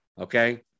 Okay